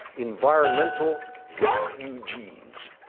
environmental refugees.